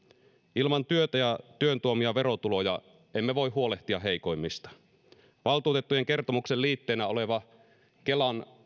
ilman työtä ja työn tuomia verotuloja emme voi huolehtia heikoimmista valtuutettujen kertomuksen liitteenä oleva kelan